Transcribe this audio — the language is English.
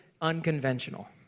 unconventional